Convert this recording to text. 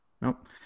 Nope